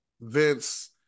Vince